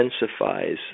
intensifies